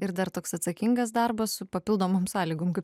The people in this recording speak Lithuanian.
ir dar toks atsakingas darbas su papildomom sąlygom kaip